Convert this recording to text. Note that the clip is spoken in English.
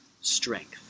strength